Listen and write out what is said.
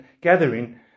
gathering